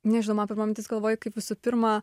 nežinau man pirma mintis galvoj kaip visų pirma